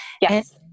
Yes